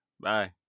Bye